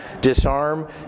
disarm